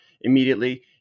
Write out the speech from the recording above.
immediately